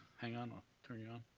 hang on, i'll turn you on.